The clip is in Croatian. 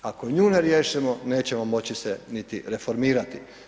Ako nju ne riješimo, nećemo moći se niti reformirati.